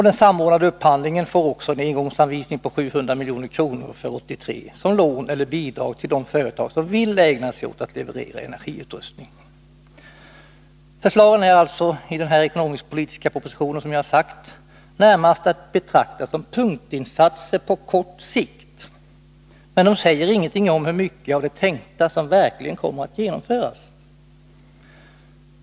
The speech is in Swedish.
Den samordnade upphandlingen får också en engångsanvisning på 700 milj.kr. för 1983, avsedd som lån eller bidrag till de företag som vill ägna sig åt att leverera energiutrustning. Förslagen i den ekonomisk-politiska propositionen är, som jag sagt, således närmast att betrakta som punktinsatser på kort sikt, men de säger ingenting om hur mycket av det tänkta som verkligen kommer att genomföras.